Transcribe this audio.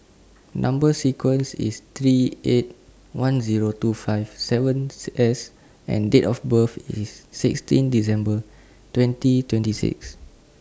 Number sequence IS T three eight one Zero two five seven S and Date of birth IS sixteen December twenty twenty six